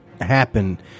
happen